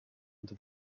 into